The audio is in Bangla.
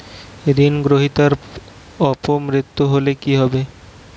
ঋণ গ্রহীতার অপ মৃত্যু হলে কি হবে?